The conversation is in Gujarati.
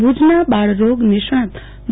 ભુજના બાળરોગ નિષ્ણાંત ડો